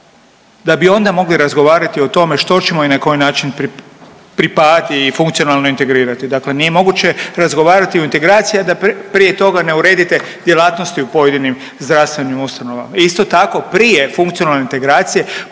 da bi onda mogli razgovarati o tome što ćemo i na koji način pripajati i funkcionalno integrirati. Dakle nije moguće razgovarati o integraciji, a da prije toga ne uredite djelatnosti u pojedinim zdravstvenim ustanovama. Isto tako, prije funkcionalne integracije,